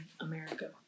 America